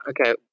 okay